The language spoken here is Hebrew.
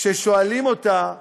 כששואלים אותה,